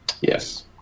yes